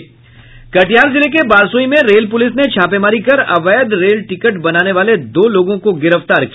कटिहार जिले के बारसोई में रेल पुलिस ने छापेमारी कर अवैध रेल टिकट बनाने वाले दो लोगों को गिरफ्तार किया